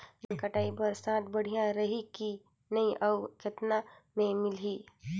धान कटाई बर साथ बढ़िया रही की नहीं अउ कतना मे मिलही?